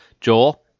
Joel